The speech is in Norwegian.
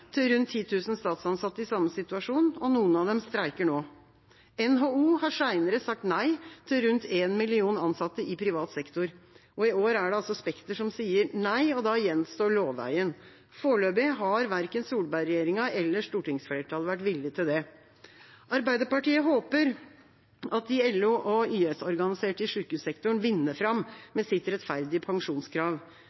til rundt 10 000 statsansatte i samme situasjon. Noen av dem streiker nå. NHO har senere sagt nei til rundt én million ansatte i privat sektor. I år er det Spekter som sier nei. Da gjenstår lovveien. Foreløpig har verken Solberg-regjeringa eller stortingsflertallet vært villig til det. Arbeiderpartiet håper at de LO- og YS-organiserte i sykehussektoren vinner fram